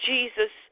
Jesus